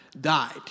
died